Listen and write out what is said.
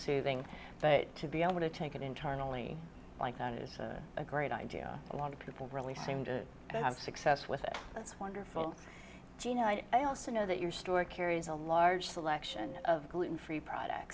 soothing but to be able to take it internally like that is a great idea a lot of people really seem to have success with it that's wonderful jeanne and i also know that your store carries a large selection of gluten free products